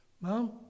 Mom